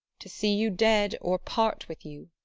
to see you dead, or part with you